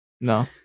no